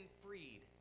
freed